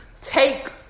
take